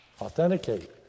authenticate